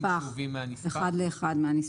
אחד לאחד מהנספח.